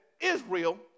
Israel